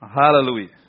Hallelujah